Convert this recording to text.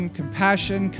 compassion